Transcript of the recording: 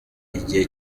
igihe